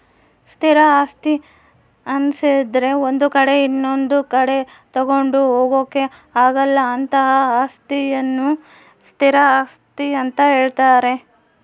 ಸ್ಥಿರ ಆಸ್ತಿ ಅನ್ನಿಸದ್ರೆ ಒಂದು ಕಡೆ ಇನೊಂದು ಕಡೆ ತಗೊಂಡು ಹೋಗೋಕೆ ಆಗಲ್ಲ ಅಂತಹ ಅಸ್ತಿಯನ್ನು ಸ್ಥಿರ ಆಸ್ತಿ ಅಂತ ಹೇಳ್ತಾರೆ